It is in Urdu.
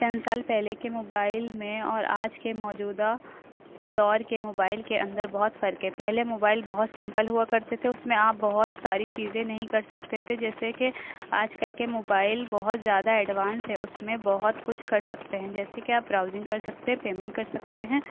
تین سال پہلے کے موبائل میں اور آج کے موجودہ دور کے موبائل کے اندر بہت فرق ہے پہلے موبائل بہت سمپل ہوا کرتے تھے اس میں آپ بہت ساری چیزیں نہیں کر سکتے تھے جیسے کہ آج کل کے موبائل بہت زیادہ ایڈوانس ہے اس میں بہت کچھ کر سکتے ہیں جیسے کہ آپ براؤزنگ کر سکتے ہیں پیمنٹ کر سکتے ہیں